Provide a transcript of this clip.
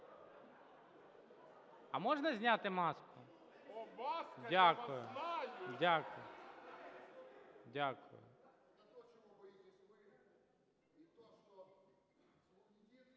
А можна зняти маску? Дякую. Мы